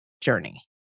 journey